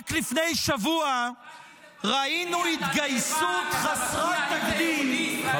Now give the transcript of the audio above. --- רק לפני שבוע ראינו התגייסות חסרת תקדים לקואליציה.